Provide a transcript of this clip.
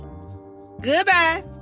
Goodbye